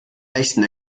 nächsten